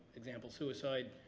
example suicide.